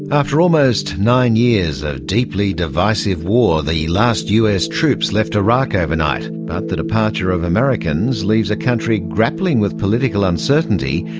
after almost nine years of deeply divisive war, the last us troops left iraq overnight, but the departure of americans leaves a country grappling with political uncertainty,